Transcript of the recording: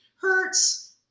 hurts